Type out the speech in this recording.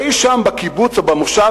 אי שם בקיבוץ או במושב,